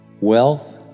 Wealth